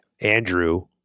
Andrew